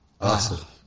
Awesome